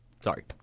Sorry